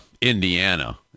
Indiana